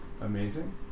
amazing